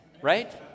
right